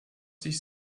sich